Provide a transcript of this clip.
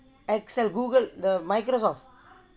Excel Google the Microsoft